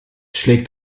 schlägt